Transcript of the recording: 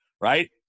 right